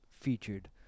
featured